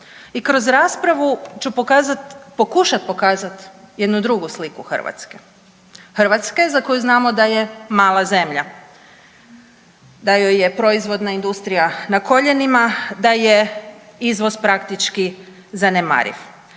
i kroz raspravu ću pokazat, pokušat pokazat jednu drugu sliku Hrvatske. Hrvatske za koju znamo da je mala zemlja, da joj je proizvodna industrija na koljenima, da je izvoz praktički zanemariv,